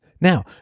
Now